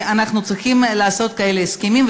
אנחנו צריכים לעשות כאלה הסכמים,